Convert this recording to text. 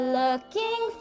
looking